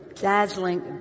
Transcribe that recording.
dazzling